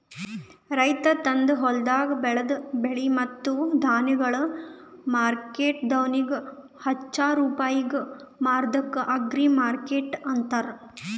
ರೈತ ತಂದು ಹೊಲ್ದಾಗ್ ಬೆಳದ ಬೆಳೆ ಮತ್ತ ಧಾನ್ಯಗೊಳ್ ಮಾರ್ಕೆಟ್ದವನಿಗ್ ಹಚ್ಚಾ ರೂಪಾಯಿಗ್ ಮಾರದ್ಕ ಅಗ್ರಿಮಾರ್ಕೆಟ್ ಅಂತಾರ